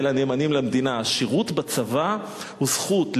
הנאמנים למדינה: השירות בצבא הוא זכות,